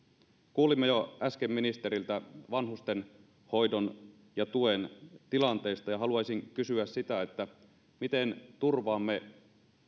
kuulimme jo äsken ministeriltä vanhustenhoidon ja tuen tilanteesta ja haluaisin kysyä sitä miten turvaamme